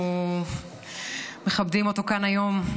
אנחנו מכבדים אותו כאן היום.